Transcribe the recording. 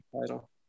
title